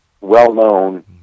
well-known